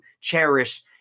cherish